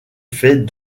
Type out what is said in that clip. fait